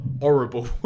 horrible